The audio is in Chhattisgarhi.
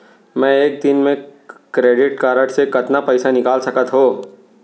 मैं एक दिन म क्रेडिट कारड से कतना पइसा निकाल सकत हो?